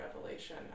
Revelation